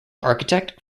architect